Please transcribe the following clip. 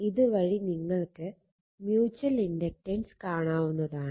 ഇത് വഴി നിങ്ങൾക്ക് മ്യൂച്ചൽ ഇൻഡക്റ്റൻസ് കാണാനാവുന്നതാണ്